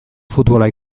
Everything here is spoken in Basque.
futbola